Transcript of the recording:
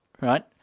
right